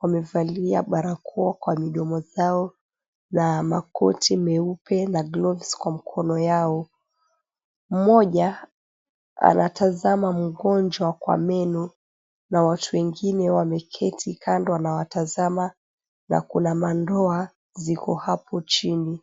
wamevalia barakoa kwa midomo zao na makoti meupe na gloves kwa mikono yao. Mmoja, anatazama mgonjwa kwa meno. Na watu wengine wameketi kando na watazama na kuna mandoa ziko hapo chini.